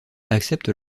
accepte